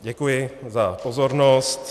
Děkuji za pozornost.